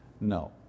No